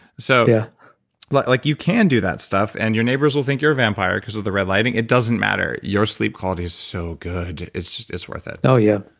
so yeah like like you can do that stuff and your neighbors will think you're a vampire because of the red lighting. it doesn't matter. your sleep quality is so good. it's it's worth it. oh yeah.